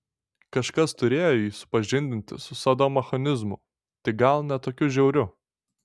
kažkas turėjo jį supažindinti su sadomazochizmu tik gal ne tokiu žiauriu